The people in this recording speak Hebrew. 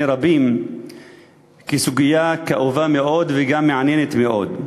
רבים כסוגיה כאובה מאוד וגם מעניינת מאוד.